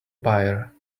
buyer